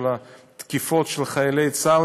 של תקיפות של חיילי צה"ל,